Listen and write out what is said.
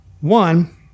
One